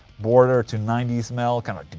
border to ninety s metal kind of.